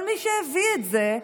אבל מי שהביא את זה,